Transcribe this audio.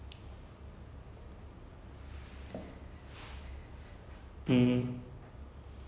err no leh so like I saw the interviews and stuff they said that she was able to do it